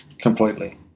completely